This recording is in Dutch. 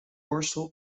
borstel